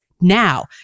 Now